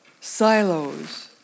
silos